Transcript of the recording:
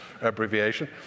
abbreviation